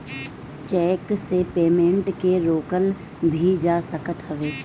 check से payment के रोकल भी जा सकत हवे